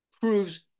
proves